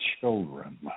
Children